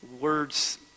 Words